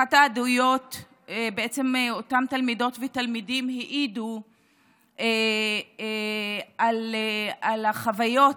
אחת העדויות בעצם אותם תלמידות ותלמידים העידו על החוויות,